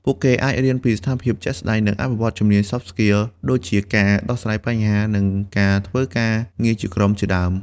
គេអាចរៀនពីស្ថានភាពជាក់ស្តែង និងអភិវឌ្ឍជំនាញ "Soft Skills" ដូចជាការដោះស្រាយបញ្ហា និងការធ្វើការងារជាក្រុមជាដើម។